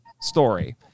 story